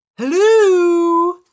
hello